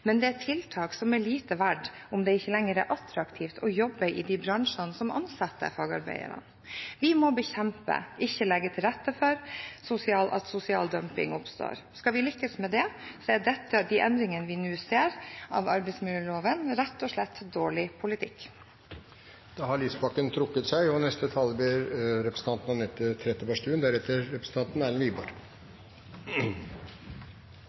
men det er tiltak som er lite verdt om det ikke lenger er attraktivt å jobbe i de bransjene som ansetter fagarbeidere. Vi må bekjempe, ikke legge til rette for sosial dumping. Skal vi lykkes med det, så er de endringene vi nå ser av arbeidsmiljøloven, rett og slett dårlig politikk.